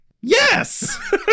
Yes